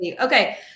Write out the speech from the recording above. Okay